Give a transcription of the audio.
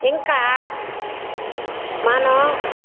ఇంకా మనం